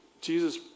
Jesus